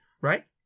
right